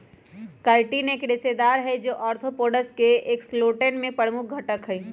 chitin एक रेशेदार हई, जो आर्थ्रोपोड्स के एक्सोस्केलेटन में प्रमुख घटक हई